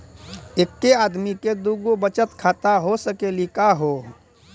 एके आदमी के दू गो बचत खाता हो सकनी का हो?